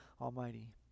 Almighty